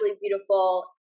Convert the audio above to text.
beautiful